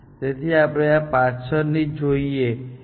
તેથી આપણે પાછળથી જોઈએ છીએ તે ખર્ચ વિશે ચિંતિત હોઈશું